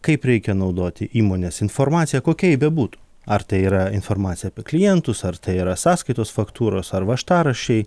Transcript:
kaip reikia naudoti įmonės informaciją kokia ji bebūtų ar tai yra informacija apie klientus ar tai yra sąskaitos faktūros ar važtaraščiai